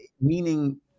meaning